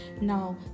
Now